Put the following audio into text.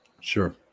Sure